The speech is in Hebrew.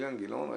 אילן גילאון?